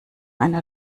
einer